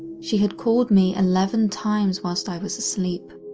she had called me eleven times while i was asleep.